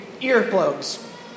earplugs